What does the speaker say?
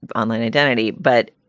online identity. but,